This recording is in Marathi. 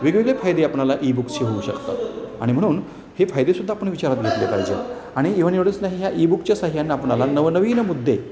वेगवेगळे फायदे आपल्याला ई बुक्स हे होऊ शकतात आणि म्हणून हे फायदेसुद्धा आपण विचारात घेतले पाहिजे आणि इव्हन एवढंच नाही ह्या ई बुकस च्या साहाय्याने आपणाला नवनवीन मुद्दे